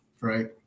right